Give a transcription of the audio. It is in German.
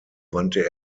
wandte